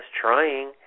Trying